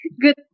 Good